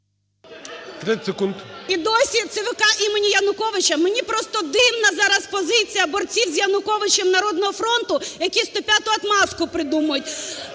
І досі ЦВК імені Януковича? Мені просто дивна зараз позиція борців з Януковичем "Народного фронту", які 105-у отмазку придумують.